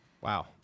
Wow